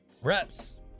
Reps